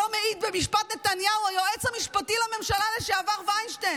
היום העיד במשפט נתניהו היועץ המשפטי לממשלה לשעבר וינשטיין,